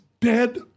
dead